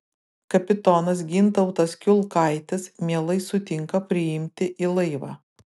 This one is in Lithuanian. kapitonas gintautas kiulkaitis mielai sutinka priimti į laivą